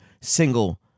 single